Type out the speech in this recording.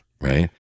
right